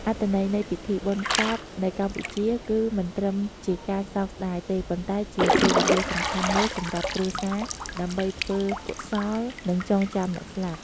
អត្ថន័យនៃពិធីបុណ្យសពនៅកម្ពុជាគឺមិនត្រឹមជាការសោកស្តាយទេ ប៉ុន្តែជាពេលវេលាសំខាន់មួយសម្រាប់គ្រួសារ ដើម្បីធ្វើកុសល និងចងចាំអ្នកស្លាប់។